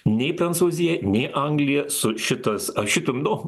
nei prancūzija nei anglija su šitas ar šitam nu